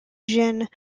jin